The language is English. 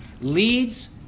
leads